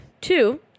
Two